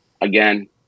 again